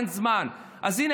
אין זמן.